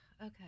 okay